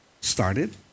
started